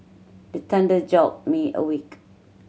the thunder jolt me awake